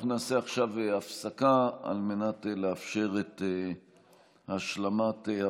שוב, אני מוסיף את הקולות של חברי הכנסת